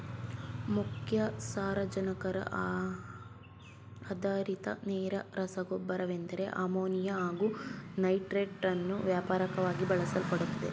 ಮುಖ್ಯ ಸಾರಜನಕ ಆಧಾರಿತ ನೇರ ರಸಗೊಬ್ಬರವೆಂದರೆ ಅಮೋನಿಯಾ ಹಾಗು ನೈಟ್ರೇಟನ್ನು ವ್ಯಾಪಕವಾಗಿ ಬಳಸಲ್ಪಡುತ್ತದೆ